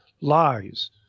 lies